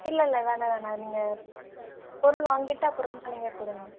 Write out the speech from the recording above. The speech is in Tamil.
இல்லைல்ல வேணாம் வேணாம் நீங்கள் பொருள் வாங்கிட்டு அப்புறமா நீங்கள் கொடுங்க